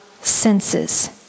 senses